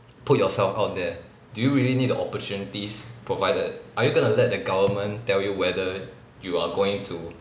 put yourself out there do you really need the opportunities provided are you gonna let the government tell you whether you are going to